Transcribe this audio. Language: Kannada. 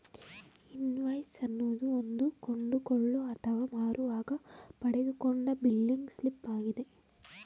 ಇನ್ವಾಯ್ಸ್ ಅನ್ನೋದು ಒಂದು ಕೊಂಡುಕೊಳ್ಳೋ ಅಥವಾ ಮಾರುವಾಗ ಪಡೆದುಕೊಂಡ ಬಿಲ್ಲಿಂಗ್ ಸ್ಲಿಪ್ ಆಗಿದೆ